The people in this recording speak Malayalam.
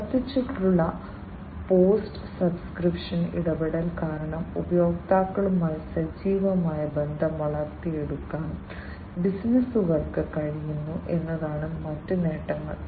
ആവർത്തിച്ചുള്ള പോസ്റ്റ് സബ്സ്ക്രിപ്ഷൻ ഇടപെടൽ കാരണം ഉപഭോക്താക്കളുമായി സജീവമായ ബന്ധം വളർത്തിയെടുക്കാൻ ബിസിനസുകൾക്ക് കഴിയുന്നു എന്നതാണ് മറ്റ് നേട്ടങ്ങൾ